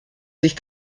sich